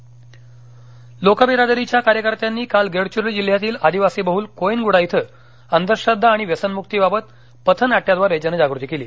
जागती गडचिरोली लोकबिरादरीच्या कार्यकर्त्यांनी काल गडचिरोली जिल्ह्यातील आदिवासी बह्ल कोयनगुडा इथं अंधश्रद्वा आणि व्यसनमुक्तीबाबत पथनाट्याद्वारे जनजागृती केली